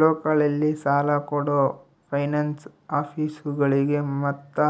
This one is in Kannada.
ಲೋಕಲ್ನಲ್ಲಿ ಸಾಲ ಕೊಡೋ ಫೈನಾನ್ಸ್ ಆಫೇಸುಗಳಿಗೆ ಮತ್ತಾ